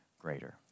greater